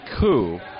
coup